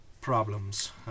problems